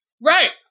right